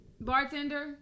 Bartender